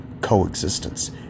coexistence